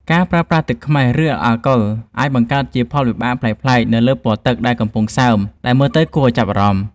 ការប្រើប្រាស់ទឹកខ្មេះ ឬ អាល់កុលអាចបង្កើតជាផលវិបាកប្លែកៗនៅលើពណ៌ទឹកដែលកំពុងសើមដែលមើលទៅគួរឱ្យចាប់អារម្មណ៍។